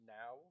now